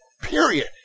period